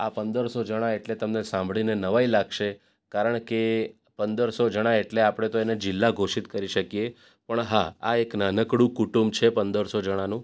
આ પંદરસો જણા એટલે તમને સાંભળીને નવાઈ લાગશે કારણકે પંદરસો જણા એટલે આપણે તો એને જિલ્લા ઘોષિત કરી શકીએ પણ હા આ એક નાનકડું કુટુંબ છે પંદરસો જણાનું